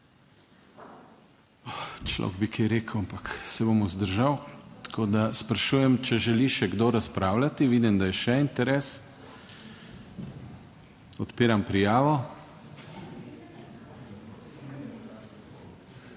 Človek bi kaj rekel, ampak se bom vzdržal, tako da sprašujem, če želi še kdo razpravljati? Vidim, da je še interes. Odpiram prijavo.